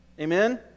Amen